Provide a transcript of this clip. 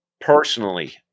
personally